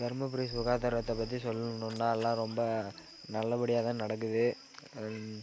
தர்மபுரி சுகாதாரத்தை பற்றி சொல்லணுன்னால் எல்லா ரொம்ப நல்லபடியாகதான் நடக்குது